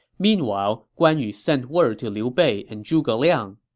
meanwhile, guan yu sent word to liu bei and zhuge liang